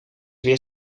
weer